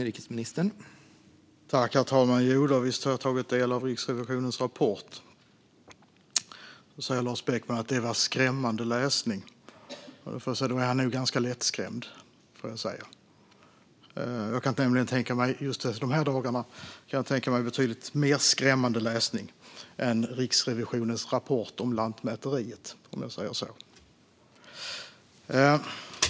Herr talman! Jodå, visst har jag tagit del av Riksrevisionens rapport. Lars Beckman säger att det är skrämmande läsning. Då är han nog ganska lättskrämd, får jag säga. Efter de här dagarna kan jag tänka mig betydligt mer skrämmande läsning än Riksrevisionens rapport om Lantmäteriet.